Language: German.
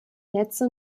netze